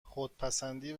خودپسندی